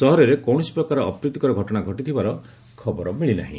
ସହରରେ କୌଣସି ପ୍ରକାର ଅପ୍ରୀତିକର ଘଟଣା ଘଟିଥିବାର ଖବର ମିଳିନାହିଁ